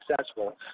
successful